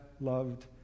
loved